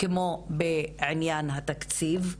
כמו בעניין התקציב.